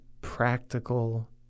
practical